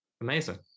Amazing